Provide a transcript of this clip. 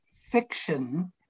fiction